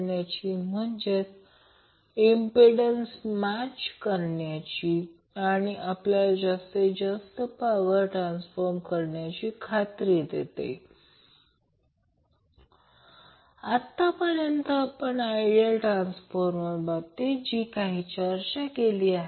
ही माझी वर्ग नोट आहे प्रत्येक गोष्ट लक्षात ठेवा ती प्रत्यक्षात दुरुस्त केली आहे